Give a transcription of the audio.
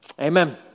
Amen